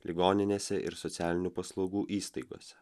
ligoninėse ir socialinių paslaugų įstaigose